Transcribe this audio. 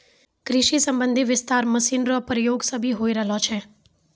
कृषि संबंधी विस्तार मशीन रो प्रयोग से भी होय रहलो छै